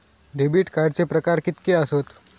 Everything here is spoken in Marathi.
डेबिट कार्डचे प्रकार कीतके आसत?